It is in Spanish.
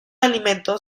alimento